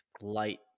light